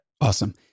Awesome